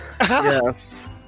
Yes